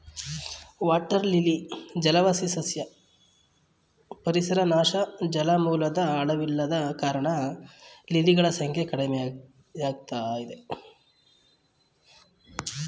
water lily ಜಲವಾಸಿ ಸಸ್ಯ ಪರಿಸರ ನಾಶ ಜಲಮೂಲದ್ ಆಳವಿಲ್ಲದ ಕಾರಣ ಲಿಲಿಗಳ ಸಂಖ್ಯೆ ಕಡಿಮೆಯಾಗಯ್ತೆ